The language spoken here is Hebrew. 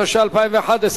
התשע"א 2011,